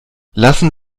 lassen